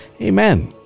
Amen